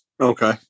Okay